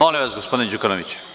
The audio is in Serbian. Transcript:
Molim vas, gospodine Đukanoviću.